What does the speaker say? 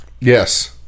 Yes